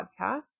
podcast